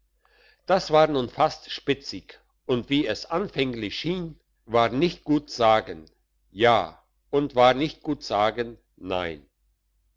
das war nun fast spitzig und wie es anfänglich schien war nicht gut sagen ja und war nicht gut sagen nein